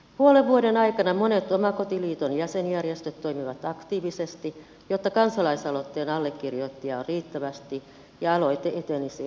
puolen vuoden aikana monet omakotiliiton jäsenjärjestöt toimivat aktiivisesti jotta kansalaisaloitteen allekirjoittajia olisi riittävästi ja aloite etenisi eduskunnan käsittelyyn